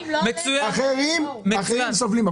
אחרים סובלים.